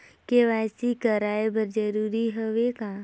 KYC कराय बर जरूरी हवे का?